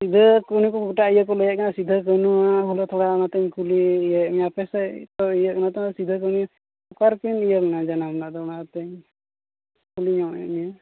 ᱥᱤᱫᱳ ᱠᱟᱹᱱᱩ ᱜᱚᱴᱟ ᱤᱭᱟᱹ ᱠᱚ ᱞᱟᱹᱭᱮᱜ ᱠᱤᱱᱟ ᱥᱤᱫᱳ ᱠᱟᱱᱦᱩᱣᱟᱜ ᱛᱷᱚᱲᱟᱧ ᱠᱩᱞᱤᱭᱮᱫ ᱢᱮᱭᱟ ᱟᱯᱮ ᱥᱮᱫ ᱤᱭᱟᱹ ᱠᱟᱱᱟ ᱛᱚ ᱥᱤᱫᱳ ᱠᱟᱱᱦᱩ ᱚᱠᱟᱨᱮᱠᱤᱱ ᱤᱭᱟᱹ ᱞᱮᱱᱟ ᱡᱟᱱᱟᱢ ᱞᱮᱱᱟ ᱟᱫᱚ ᱚᱱᱟ ᱛᱤᱧ ᱠᱩᱞᱤ ᱧᱚᱜᱼᱮᱫ ᱢᱮᱭᱟ